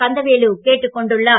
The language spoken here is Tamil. கந்தவேலு கேட்டுக் கொண்டுள்ளார்